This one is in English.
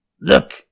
look